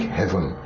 heaven